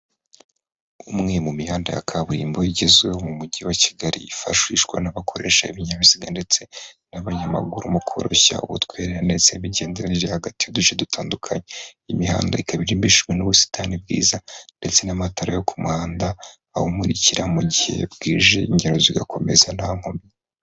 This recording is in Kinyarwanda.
Umwe mu mihanda ya kaburimbo igezwe mu mujyi wa Kigali hifashishwa n'abakoresha ibinyabiziga ndetse n'abanyamaguru mu koroshya ubutwererane imigenderanire hagati y'uduce dutandukanye'imihanda ikarimbishijwe n'ubusitani bwiza ndetse n'amatara yo ku muhandawuumurikira mu gihe bwije ingero zigakomeza nta nkomyi.